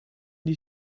die